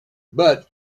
but